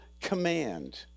command